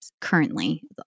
currently